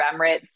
Emirates